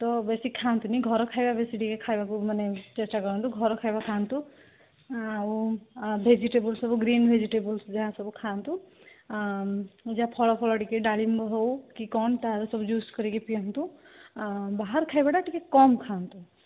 ତ ବେଶି ଖାଆନ୍ତୁନି ଘର ଖାଇବା ବେଶି ଟିକିଏ ଖାଇବାକୁ ମାନେ ଚେଷ୍ଟା କରନ୍ତୁ ଘର ଖାଇବା ଖାଆନ୍ତୁ ଆଉ ଭେଜିଟେବୁଲସ୍ ସବୁ ଗ୍ରୀନ ଭେଜିଟେବୁଲସ୍ ଯାହା ସବୁ ଖାଆନ୍ତୁ ଯାହା ଫଳ ଫଳ ଟିକିଏ ଡାଳିମ୍ବ ହେଉ କି କ'ଣ ତାର ସବୁ ଜୁସ୍ କରିକି ପିଅନ୍ତୁ ବାହାର ଖାଇବାଟା ଟିକିଏ କମ୍ ଖାଆନ୍ତୁ